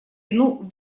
вину